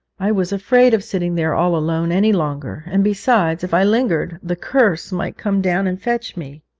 i was afraid of sitting there all alone any longer, and besides, if i lingered, the curse might come down and fetch me.